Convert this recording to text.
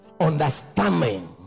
understanding